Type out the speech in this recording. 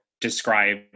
describe